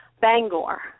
Bangor